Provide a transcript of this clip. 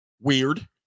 Weird